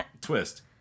twist